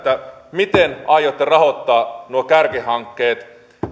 miten aiotte rahoittaa nuo kärkihankkeet